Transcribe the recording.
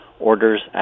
orders